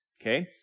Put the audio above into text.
okay